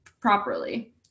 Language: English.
properly